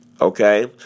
okay